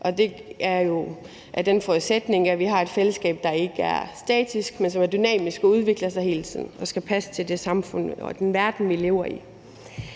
det er jo ud fra den forudsætning, at vi har et fællesskab, der ikke er statisk, men som er dynamisk og udvikler sig hele tiden og skal passe til det samfund og den verden, vi lever i.